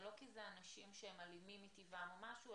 זה לא כי זה אנשים שהם אלימים מטבעם או משהו,